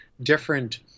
different